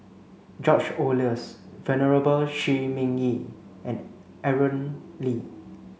George Oehlers Venerable Shi Ming Yi and Aaron Lee